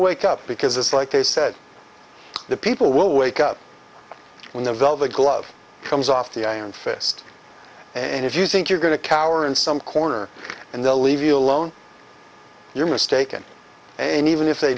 wake up because it's like they said the people will wake up when the velvet glove comes off the iron fist and if you think you're going to cower in some corner and they'll leave you alone you're mistaken and even if they